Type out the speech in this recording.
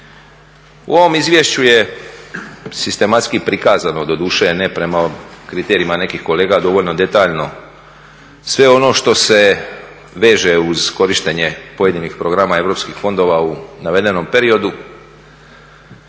U ovom izvješću je sistematski prikazano, doduše ne prema kriterijima nekih kolega dovoljno detaljno, sve ono što se veže uz korištenje pojedinih programa europskih fondova u navedenom periodu.